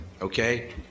Okay